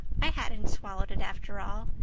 i hadn't swallowed it after all.